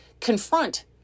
confront